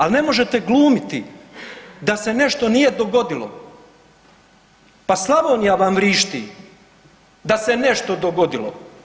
Al ne možete glumiti da se nešto nije dogodilo, pa Slavonija vam vrišti da se nešto dogodilo.